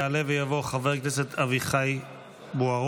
יעלה ויבוא חבר הכנסת אביחי בוארון.